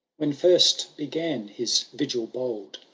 when first began his vigil bold,